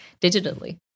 digitally